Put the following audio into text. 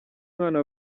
mwana